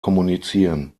kommunizieren